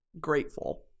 grateful